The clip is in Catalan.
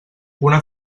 una